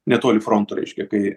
netoli fronto reiškia kai